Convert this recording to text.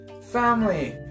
family